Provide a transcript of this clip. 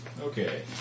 Okay